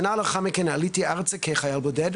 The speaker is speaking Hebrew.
שנה לאחר מכן, עליתי ארצה כחייל בודד.